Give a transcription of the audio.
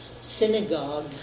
synagogue